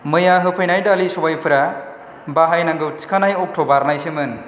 मैया होफैनाय दालि सबाइफ्रा बाहायनांगौ थिखानाय अक्ट' बारनायसोमोन